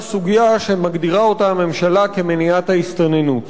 סוגיה שמגדירה הממשלה כמניעת ההסתננות.